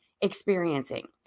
experiencing